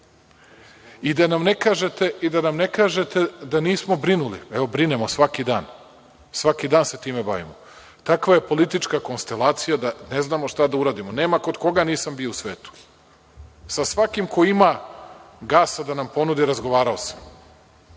da nam ne kažete da nismo brinuli, evo brinemo svaki dan. Svaki dan se time bavimo. Takva je politička konstelacija da ne znamo šta da uradimo. Nema kod koga nisam bio u svetu. Sa svakim ko ima gasa da nam ponudi razgovarao sam.